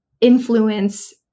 influence